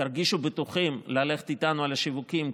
תרגישו בטוחים ללכת איתנו על השיווקים,